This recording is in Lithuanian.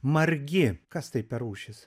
margi kas tai per rūšis